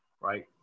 Right